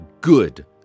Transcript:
good